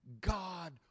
God